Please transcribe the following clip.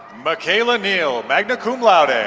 mikaela neal, magna cum laude. and